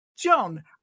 John